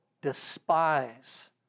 despise